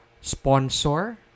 sponsor